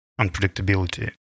unpredictability